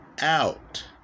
out